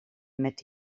met